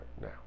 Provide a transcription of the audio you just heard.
now